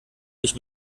ich